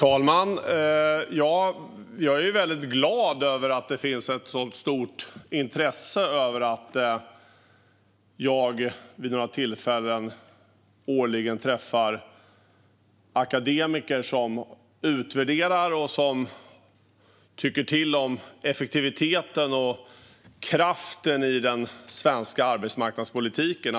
Herr talman! Det gläder mig att det finns ett sådant stort intresse för att jag vid några tillfällen per år träffar akademiker som utvärderar och tycker till om effektiviteten och kraften i den svenska arbetsmarknadspolitiken.